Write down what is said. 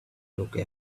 look